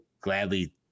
gladly